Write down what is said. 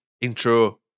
intro